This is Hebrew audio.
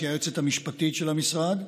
שהיא היועצת המשפטית של המשרד,